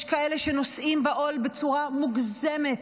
יש כאלה שנוסעים בעול בצורה מוגזמת,